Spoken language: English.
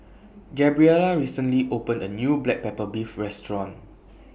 Gabriela recently opened A New Black Pepper Beef Restaurant